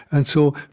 and so